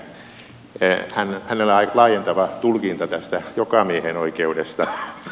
hänellä on aika laajentava tulkinta tästä jokamiehenoikeudesta